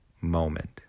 moment